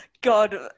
God